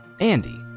andy